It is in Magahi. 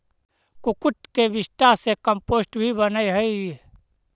कुक्कुट के विष्ठा से कम्पोस्ट भी बनअ हई